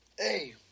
Hey